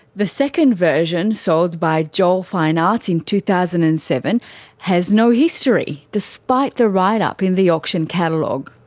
the second version sold by joel fine arts in two thousand and seven has no history, despite the write up in the auction catalogue.